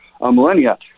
millennia